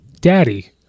Daddy